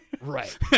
right